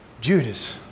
Judas